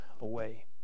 away